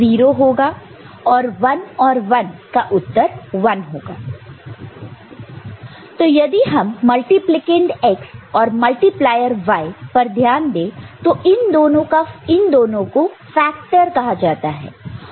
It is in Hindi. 0 x 0 0 0 x 1 0 1 x 0 0 1 x 1 1 तू यदि हम मल्टीप्लिकंड x और मल्टीप्लेयर y पर ध्यान दे तो इन दोनों को फ़ैक्टर कहा जाता है